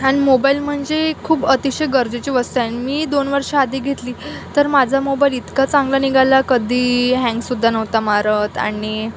आणि मोबाईल म्हणजे खूप अतिशय गरजेची वस्तू आहे मी दोन वर्षं आधी घेतली तर माझा मोबाईल इतका चांगला निघाला कधी हँग सुद्धा नव्हता मारत आणि